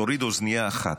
תוריד אוזנייה אחת.